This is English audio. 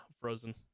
frozen